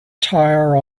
tire